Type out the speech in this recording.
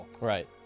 Right